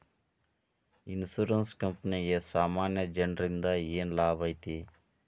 Insurance ಕ್ಂಪನಿಗೆ ಸಾಮಾನ್ಯ ಜನ್ರಿಂದಾ ಏನ್ ಲಾಭೈತಿ?